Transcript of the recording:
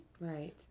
Right